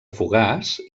fogars